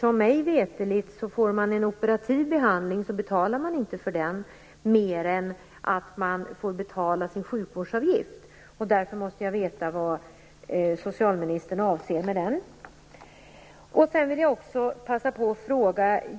Om man får en operativ behandling betalar man mig veterligt inte för den, mer än att man får betala sin sjukvårdsavgift. Därför måste jag få veta vad socialministern avser med detta. Jag vill också passa på och fråga en sak till.